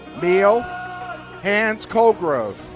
meehl hands colgrove,